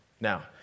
Now